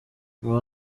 aha